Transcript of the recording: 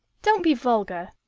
don't be vulgar.